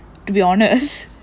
to be honest